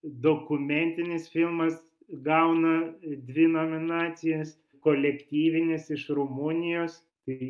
dokumentinis filmas gauna dvi nominacijas kolektyvinis iš rumunijos tai